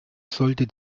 sollte